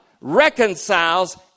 reconciles